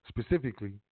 specifically